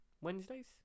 Wednesdays